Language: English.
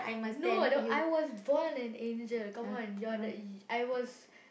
no the I was born an angel come on you are the y~ I was